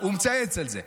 הוא מצייץ על זה.